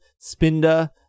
Spinda